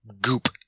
goop